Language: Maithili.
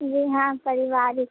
जी हँ पारिवारिक